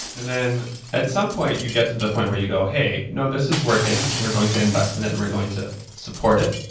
and then at some point you get to the point where you go, hey. this is working and we're going to invest in it and we're going to support it